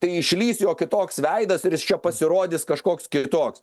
tai išlįs jo kitoks veidas ir jis čia pasirodys kažkoks kitoks